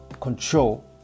control